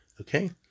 Okay